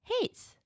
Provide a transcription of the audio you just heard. hates